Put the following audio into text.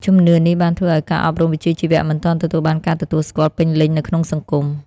ជំនឿនេះបានធ្វើឱ្យការអប់រំវិជ្ជាជីវៈមិនទាន់ទទួលបានការទទួលស្គាល់ពេញលេញនៅក្នុងសង្គម។